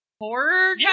horror